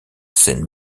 scène